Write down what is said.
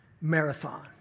marathon